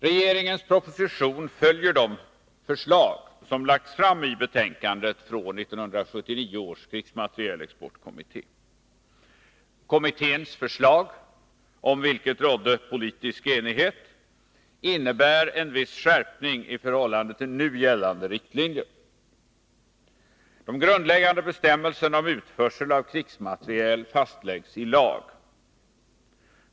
Regeringens proposition följer de förslag som lagts fram i betänkandet från 1979 års krigsmaterielexportkommitté. Kommitténs förslag — om vilket rådde politisk enighet — innebär en viss skärpning i förhållande till nu gällande riktlinjer. De grundläggande bestämmelserna om utförsel av krigsmateriel fastläggs i lag.